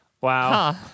Wow